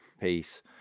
peace